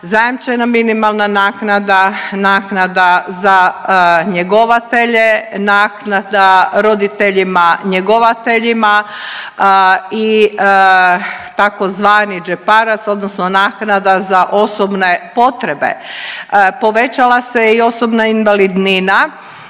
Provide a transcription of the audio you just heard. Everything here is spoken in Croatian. zajamčena minimalna naknada, naknada za njegovatelje, naknada roditeljima-njegovateljima i tzv. džeparac, odnosno naknada za osobne potrebe. Povećala se i osobna invalidnina